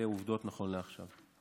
אלה העובדות נכון לעכשיו.